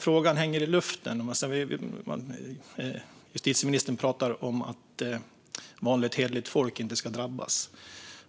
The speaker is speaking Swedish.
Frågan hänger i luften. Justitieministern talar om att vanligt hederligt folk inte ska drabbas,